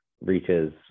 reaches